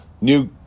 new